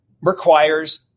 requires